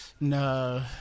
No